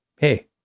Hey